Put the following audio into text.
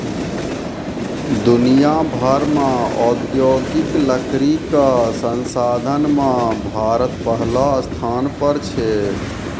दुनिया भर मॅ औद्योगिक लकड़ी कॅ संसाधन मॅ भारत पहलो स्थान पर छै